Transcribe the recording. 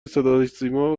صداسیما